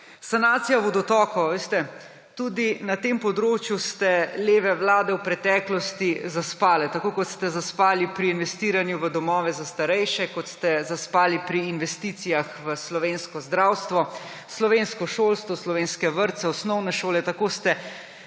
Sanacija vodotokov. Veste, tudi na tem področju ste leve vlade v preteklosti zaspale. Tako kot ste zaspali pri investiranju v domove za starejše, kot ste zaspali pri investicijah v slovensko zdravstvo, slovensko šolstvo, slovenske vrtce, osnovne šole, tako ste zaspali